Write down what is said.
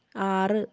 ആറ്